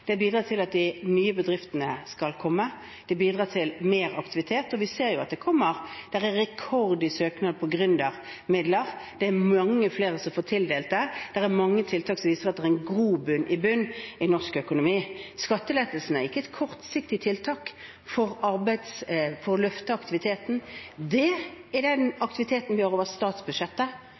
bidrar til at de nye bedriftene skal komme, de bidrar til mer aktivitet, og vi ser at det kommer, og det er rekord i søknader om gründermidler, det er mange flere som får tildelt det, og det er mange tiltak som viser at det er en grobunn i bunnen i norsk økonomi. Skattelettelsene er ikke et kortsiktig tiltak for å løfte aktiviteten, det er den aktiviteten vi har over statsbudsjettet,